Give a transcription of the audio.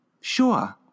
Sure